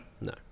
No